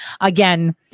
again